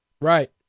Right